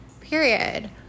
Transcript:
period